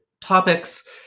topics